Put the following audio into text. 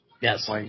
Yes